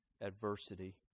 adversity